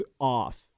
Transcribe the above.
off